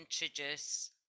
introduce